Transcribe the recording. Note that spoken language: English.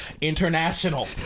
International